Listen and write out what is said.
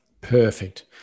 Perfect